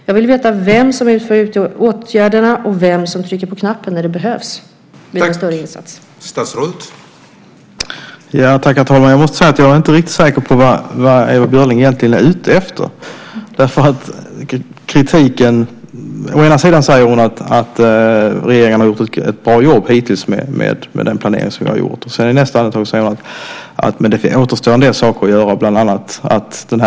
Jag vill veta vem som vidtar åtgärderna och vem som trycker på knappen när en större insats behövs.